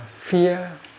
fear